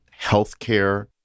healthcare